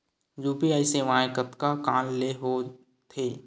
UPI सेवाएं कतका कान ले हो थे?